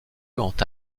entre